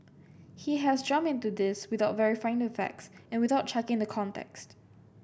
he has jump into this without verifying the facts and without checking the context